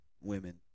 women